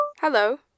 Hello